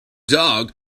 dog